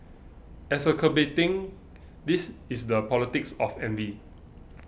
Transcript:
exacerbating this is the politics of envy